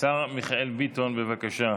השר מיכאל ביטון, בבקשה.